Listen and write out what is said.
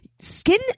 Skin